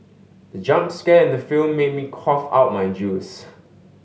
the jump scare in the film made me cough out my juice